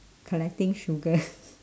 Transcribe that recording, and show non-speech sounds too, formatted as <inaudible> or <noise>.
collecting shuga <noise>